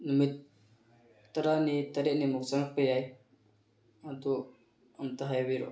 ꯅꯨꯃꯤꯠ ꯇꯔꯥꯅꯤ ꯇꯔꯦꯠꯅꯤꯃꯨꯛ ꯆꯪꯉꯛꯄ ꯌꯥꯏ ꯑꯗꯨ ꯑꯝꯇ ꯍꯥꯏꯕꯤꯔꯛꯑꯣ